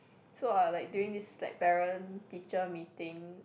so I'll like during this like parent teacher meeting